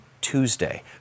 Tuesday